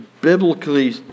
biblically